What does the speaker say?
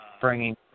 bringing